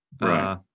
right